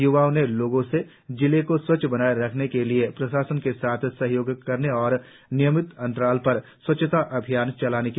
य्वाओं ने लोगों से जिले को स्वच्छ बनाएं रखने के लिए प्रशासन के साथ सहयोग करने और नियमित अंतराल पर स्वच्छता अभियान चलाने की अपील की